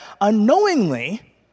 unknowingly